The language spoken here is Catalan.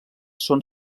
són